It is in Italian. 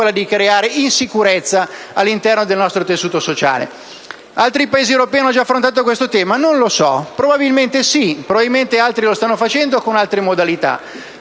senza creare insicurezza nel nostro tessuto sociale. Altri Paesi europei hanno già affrontato questo problema? Non lo so: probabilmente sì, probabilmente altri lo stanno facendo con altre modalità.